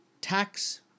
Tax